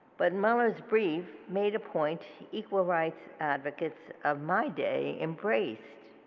but muller's brief made a point equal rights advocates of my day embraced.